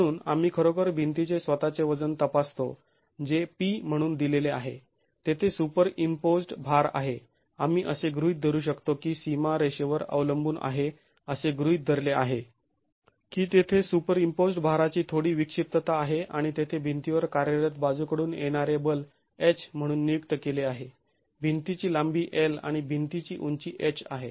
म्हणून आम्ही खरोखर भिंतीचे स्वतःचे वजन तपासतो जे P म्हणून दिलेले आहे तेथे सुपरईम्पोज्ड् भार आहे आम्ही असे गृहीत धरू शकतो की सीमारेषेवर अवलंबून आहे असे गृहीत धरले आहे की तेथे सुपरईम्पोज्ड् भाराची थोडी विक्षिप्तता आहे आणि तेथे भिंतीवर कार्यरत बाजूकडून येणारे बल H म्हणून नियुक्त केले आहे भिंतीची लांबी l आणि भिंतीची उंची h आहे